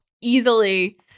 Easily